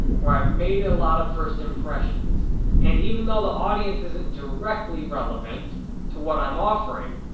where i've made a lot of first impressions and even though the audience isn't directly relevant to what i'm offering,